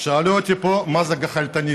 שאלו אותי פה מה זה גח"לטניזם?